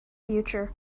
future